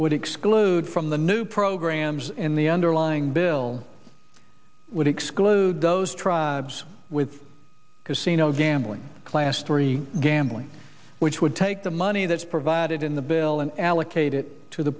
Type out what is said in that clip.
would exclude from the new programs in the underlying bill would exclude those tribes with casino gambling class three gambling which would take the money that's provided in the bill and allocate it to the